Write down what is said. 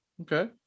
Okay